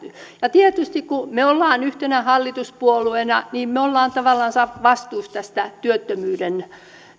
ja tietysti kun me olemme yhtenä hallituspuolueena me olemme tavallaan vastuussa tästä työttömyyden